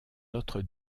notre